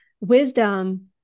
wisdom